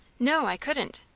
no, i couldn't.